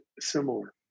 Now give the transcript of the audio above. similar